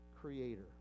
creator